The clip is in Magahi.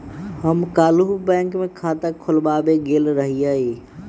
हम काल्हु बैंक में खता खोलबाबे गेल रहियइ